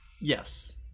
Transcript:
Yes